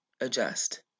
adjust